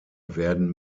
werden